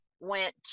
went